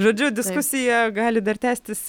žodžiu diskusija gali dar tęstis